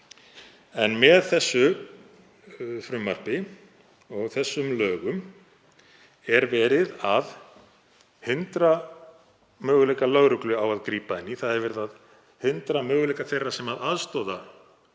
En með þessu frumvarpi til laga er verið að hindra möguleika lögreglu á að grípa inn í. Það er verið að hindra möguleika þeirra sem aðstoða